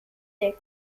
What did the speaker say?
der